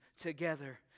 together